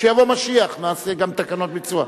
כשיבוא משיח נעשה גם תקנות ביצוע.